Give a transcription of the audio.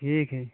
ठीक है